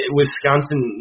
Wisconsin